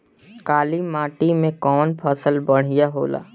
काली माटी मै कवन फसल बढ़िया होला?